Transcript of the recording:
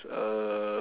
a